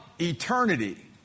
eternity